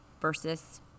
versus